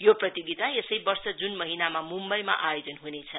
यो प्रतियोगिता यसै वर्ष जून महिनामा मुम्बईमा आयोजन हुनेछ